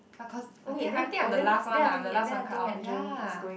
but cause I think I'm the last one lah I'm the last one cut off ya